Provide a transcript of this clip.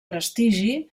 prestigi